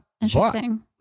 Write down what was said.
Interesting